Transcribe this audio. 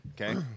okay